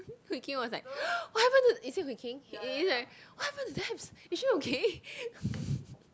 Hui-King was like what happen to is it Hui-King it is right what happen to Debs is she okay